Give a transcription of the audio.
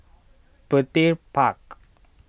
Petir Park